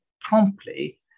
promptly